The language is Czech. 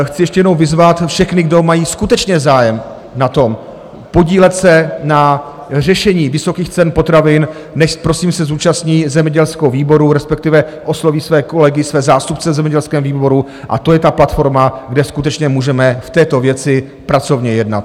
Chci ještě jednou vyzvat všechny, kdo mají skutečně zájem na tom, podílet se na řešení vysokých cen potravin, nechť prosím se zúčastní zemědělského výboru, respektive osloví své kolegy, své zástupce v zemědělském výboru, a to je ta platforma, kde skutečně můžeme v této věci pracovně jednat.